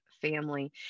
family